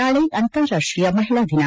ನಾಳೆ ಅಂತಾರಾಷ್ಟೀಯ ಮಹಿಳಾ ದಿನ